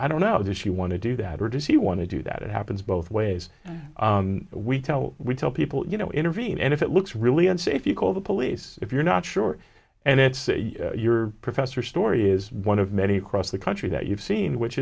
i don't know that she want to do that or does he want to do that it happens both ways we tell we tell people you know intervene and if it looks really unsafe you call the police if you're not sure and it's your professor story is one of many across the country that you've seen which